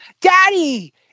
Daddy